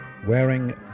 Wearing